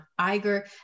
Iger